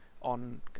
on